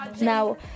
now